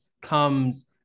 comes